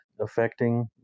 affecting